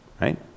Right